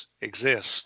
exist